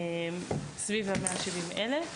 סביב ה-170 אלף.